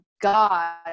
God